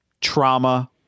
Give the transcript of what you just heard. trauma